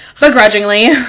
begrudgingly